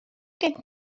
gen